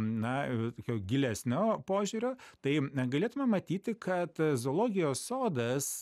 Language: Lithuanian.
na tokio gilesnio požiūrio tai galėtume matyti kad zoologijos sodas